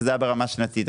שזה היה ברמה שנתית.